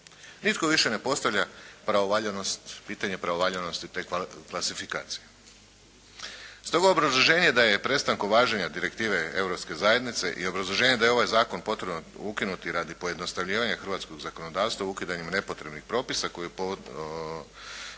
Nitko više ne postavlja pravovaljanost, pitanje pravovaljanosti te klasifikacije. Stoga obrazloženje da je prestankom važenja direktive Europske zajednice i obrazloženje da je ovaj Zakon potrebno ukinuti radi pojednostavljivanja hrvatskog zakonodavstva ukidanjem nepotrebnih propisa koje provodi